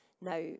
now